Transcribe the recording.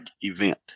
event